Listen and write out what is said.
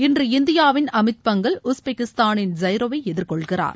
இன்று இந்தியாவின் அமித் பங்கல் உஸ்பகிஸ்தானின் சைரோவை எதிர்கொள்கிறார்